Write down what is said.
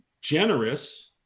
generous